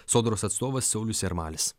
sodros atstovas saulius jarmalis